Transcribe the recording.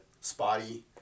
spotty